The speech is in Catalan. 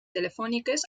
telefòniques